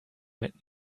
mit